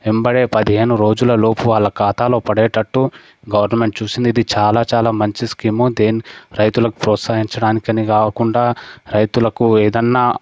ఎంబడే పదిహేను రోజులలోపు వాళ్ల ఖాతాలో పడేటట్టు గవర్నమెంట్ చూసింది ఇది చాలా చాలా మంచి స్కీము రైతులకు ప్రోత్సహించడానికని కాకుండా రైతులకు ఏదన్నా